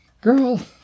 Girl